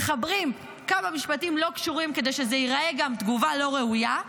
מחברים כמה משפטים לא קשורים כדי שזה ייראה גם תגובה לא ראויה.